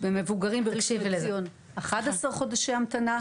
במבוגרים בראשון לציון 11 חודשי המתנה.